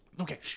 Okay